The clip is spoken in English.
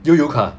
悠游卡